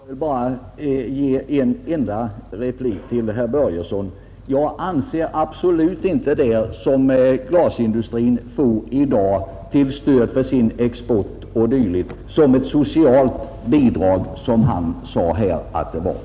Herr talman! Jag vill bara ge en enda replik till herr, Börjesson i Glömminge. Han sade att de pengar som glasindustrin i dag kommer att få till stöd för sin export är ett socialt bidrag. Det anser jag absolut inte.